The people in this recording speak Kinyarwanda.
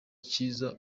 cyiza